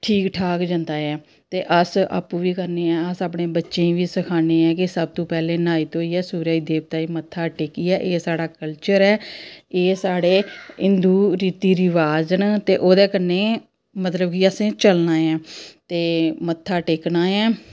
ठीक ठाक जंदा ऐ अस आपूं बी अस अपनें बच्चें ई सखानें आं कि सबतूं पैह्ले न्हाई धोइयै सूरज देवता ई मत्था टेकियै एह् साढ़ा कल्चर ऐ इयै साढ़े हिंदू रीति रिवाज न ते ओह्दे कन्नै मतलब की असें चलना ऐ ते मत्था टेकना ऐ